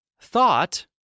Thought